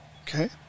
okay